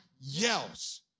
yells